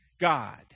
God